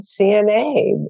CNA